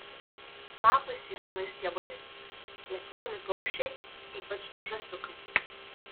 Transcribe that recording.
lapais ir jaunais stiebais lesinami paukščiai ypač žąsiukai